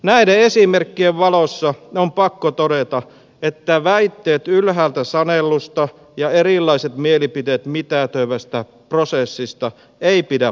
näiden esimerkkien valossa on pakko todeta että väitteet ylhäältä sanellusta ja erilaiset mielipiteet mitätöivästä prosessista eivät pidä paikkaansa